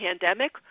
pandemic